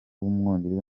w’umwongereza